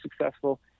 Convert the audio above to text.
successful